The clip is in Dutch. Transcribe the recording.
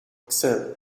ixelles